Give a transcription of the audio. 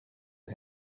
him